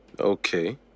Okay